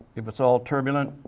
if it's all turbulent,